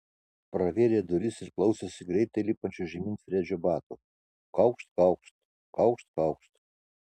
pravėrė duris ir klausėsi greitai lipančio žemyn fredžio batų kaukšt kaukšt kaukšt kaukšt